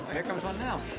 here comes one now.